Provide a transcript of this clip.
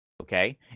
okay